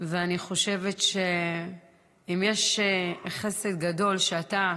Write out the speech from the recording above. ואני חושבת שאם יש חסד גדול שאתה,